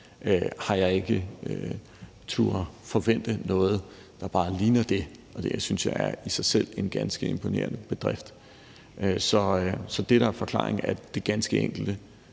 har jeg ikke turdet forvente noget, der bare ligner det, og det synes jeg i sig selv er en ganske imponerende bedrift. Så det, der er forklaringen, er det ganske enkelte: